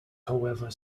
however